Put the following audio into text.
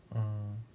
uh